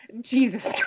Jesus